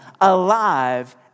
alive